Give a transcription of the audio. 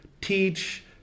teach